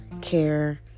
care